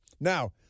Now